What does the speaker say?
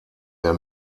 der